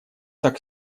так